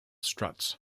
struts